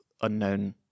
unknown